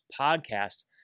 podcast